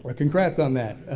ah congrats on that.